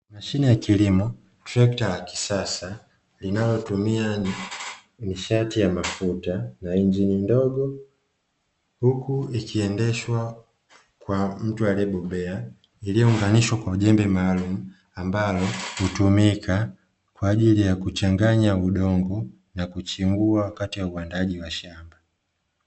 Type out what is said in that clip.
Mashine ya kilimo, trekta ya kisasa inayotumia nishati ya mafuta na injini ndogo, huku ikiendeshwa na mtu aliyebobea iliyounganishwa kwa jembe maalumu ambalo hutumika kwa ajili ya kuchanganya udongo na kuchimbua wakati wa uandaaji wa shamba.